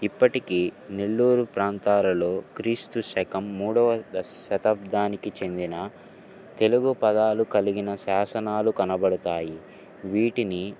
ఇప్పటికీ నెల్లూరు ప్రాంతాలలో క్రీస్తు శకం మూడవ శతాబ్దానికి చెందిన తెలుగు పదాలు కలిగిన శాసనాలు కనబడతాయి వీటిని